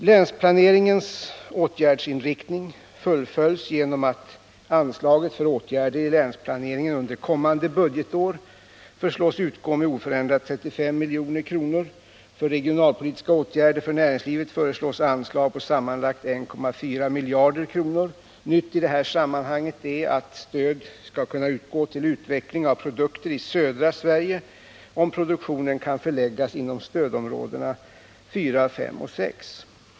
Länsplaneringens åtgärdsinriktning fullföljs genom att anslaget till åtgärder i länsplaneringen under kommande budgetår föreslås utgå med oförändrat 35 milj.kr. Till regionalpolitiska åtgärder för näringslivet föreslås anslag på sammanlagt 1,4 miljarder kronor. Nytt i detta sammanhang är att stöd skall kunna utgå till utveckling av produkter i södra Sverige om produktionen kan förläggas till stödområdena 4, 5 och 6.